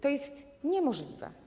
To jest niemożliwe.